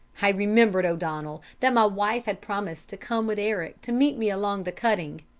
i remembered, o'donnell, that my wife had promised to come with eric to meet me along the cutting,